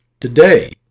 Today